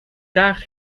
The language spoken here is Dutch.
taart